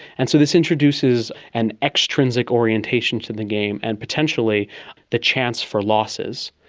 and so this introduces an extrinsic orientation to the game and potentially the chance for losses.